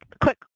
Quick